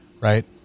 right